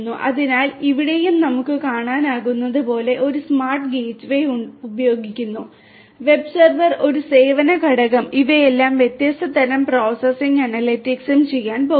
അതിനാൽ ഇവിടെയും നമുക്ക് കാണാനാകുന്നതുപോലെ ഈ സ്മാർട്ട് ഗേറ്റ്വേ ഉപയോഗിക്കുന്നു വെബ് സെർവർ ഒരു സേവന ഘടകം ഇവയെല്ലാം വ്യത്യസ്ത തരം പ്രോസസ്സിംഗും അനലിറ്റിക്സും ചെയ്യാൻ പോകുന്നു